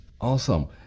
awesome